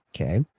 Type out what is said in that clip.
okay